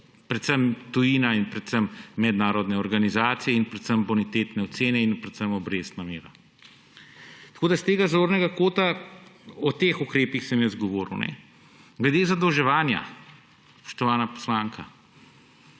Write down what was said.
predvsem tujina in predvsem mednarodne organizacije in predvsem bonitetne ocene in predvsem obrestna mera. Tako s tega zornega kota sem o teh ukrepih govoril. Glede zadolževanja, spoštovana poslanka,